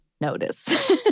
notice